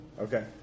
Okay